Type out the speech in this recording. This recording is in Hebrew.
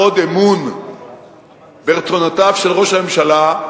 אמון ברצונותיו של ראש הממשלה,